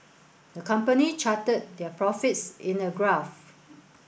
the company charted their profits in a graph